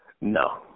No